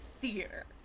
theater